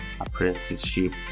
apprenticeship